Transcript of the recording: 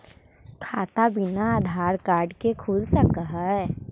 खाता बिना आधार कार्ड के खुल सक है?